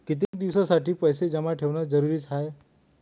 कितीक दिसासाठी पैसे जमा ठेवणं जरुरीच हाय?